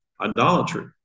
idolatry